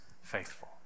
faithful